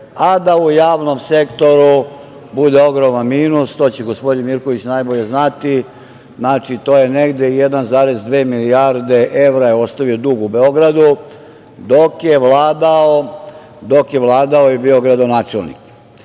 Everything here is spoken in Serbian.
a da u javnom sektoru bude ogroman minus. To će gospodin Mirković najbolje znati. Znači, to je negde 1,2 milijarde evra je ostavio dug u Beogradu dok je vladao i bio gradonačelnik. Firme